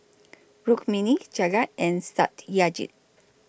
Rukmini Jagat and Satyajit